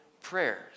prayers